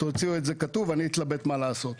תוציאו את זה כתוב ואני אתלבט מה לעשות.